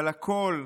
אבל הכול,